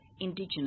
Indigenous